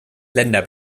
länder